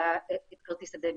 כרטיס הדביט.